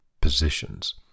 positions